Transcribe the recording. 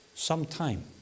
Sometime